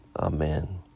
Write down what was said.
amen